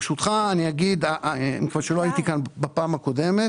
ברשותך מאחר ולא הייתי כאן בישיבה הקודמת,